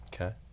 Okay